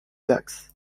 dax